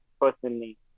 personally